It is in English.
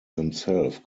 himself